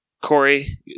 Corey